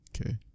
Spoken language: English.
okay